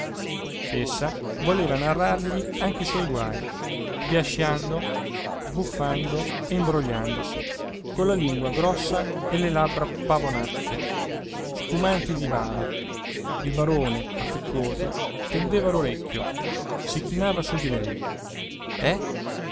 gente essa voleva narrargli anche i suoi guai biasciando sbuffando e imbrogliandosi con la lingua grossa e le labbra pavonazze spumanti di bava il barone affettuoso tendeva l'orecchio si chinava su di lei eh